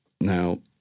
Now